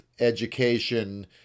education